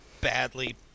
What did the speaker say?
badly